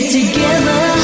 together